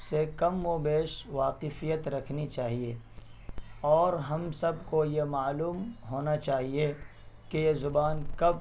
سے کم و بیش واقفیت رکھنی چاہیے اور ہم سب کو یہ معلوم ہونا چاہیے کہ یہ زبان کب